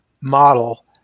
model